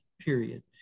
period